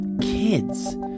kids